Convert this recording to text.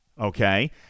Okay